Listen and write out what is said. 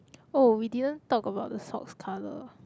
oh we didn't talk about the socks colour